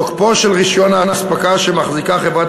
תוקפו של רישיון האספקה שמחזיקה חברת